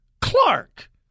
Clark